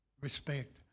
respect